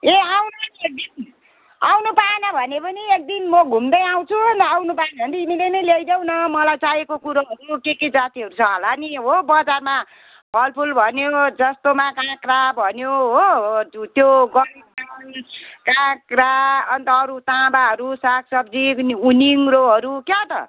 ए आउँला नि एक दिन आउनु पाएन भने पनि एकदिन म घुम्दै आउँछु आउनु पाएन भने तिमीले नै ल्याइदेऊ न मलाई चाहिएको कुरोहरू के के जातिहरू छ होला नि हो बजारमा फलफुल भन्यो जस्तोमा काँक्रो भन्यो हो त्यो गरन्डर काँक्रो अन्त अरू तामाहरू सागसब्जी निगुरो क्याउ त